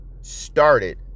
started